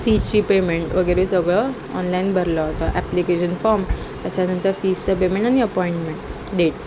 फीजची payment वगैरे सगळं online भरलं होता ॲप्लिकेशन फॉर्म त्याच्यानंतर फीजचं पेमेंट आणि अपॉइंटमेंट डेट